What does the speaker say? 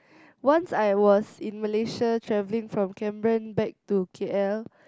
once I was in Malaysia travelling from Cameroon back to K_L